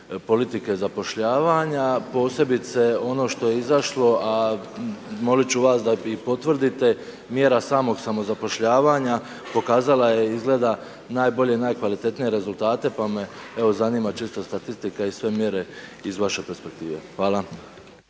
politike zapošljavanja, posebice ono što je izašlo a molit ću vas da i potvrdite, mjera samog samozapošljavanja pokazala je izgleda najbolje i najkvalitetnije rezultate pa me evo zanima čisto statistika i sve mjere iz vaše perspektive. Hvala.